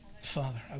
Father